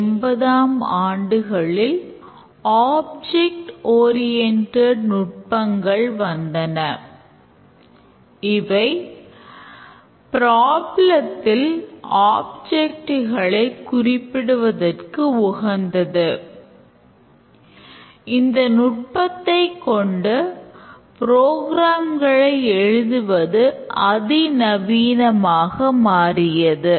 1980ம் ஆண்டுகளில் object oriented எழுதுவது அதி நவீனமாக மாறியது